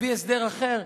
נביא הסדר אחר,